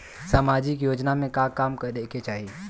सामाजिक योजना में का काम करे के चाही?